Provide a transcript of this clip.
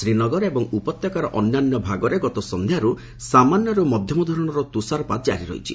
ଶ୍ରୀନଗର ଏବଂ ଉପତ୍ୟାକାର ଅନ୍ୟାନ୍ୟ ଭାଗରେ ଗତ ସନ୍ଧ୍ୟାରୁ ସାମାନ୍ୟରୁ ମଧ୍ୟମ ଧରଣର ତୁଷାରପାତ ଜାରି ରହିଛି